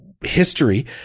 history